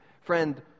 friend